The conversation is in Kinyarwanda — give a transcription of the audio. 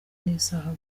n’isaha